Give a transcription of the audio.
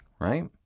right